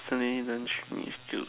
sunny then true miss to